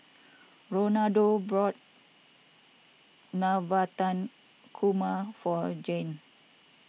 Ronaldo bought Navratan Korma for Jann